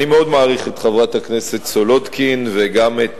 אני מאוד מעריך את חברת הכנסת סולודקין וגם את